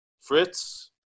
Fritz